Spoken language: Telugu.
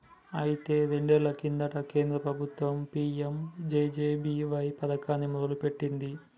అయితే రెండేళ్ల కింద కేంద్ర ప్రభుత్వం పీ.ఎం.జే.జే.బి.వై పథకాన్ని మొదలుపెట్టింది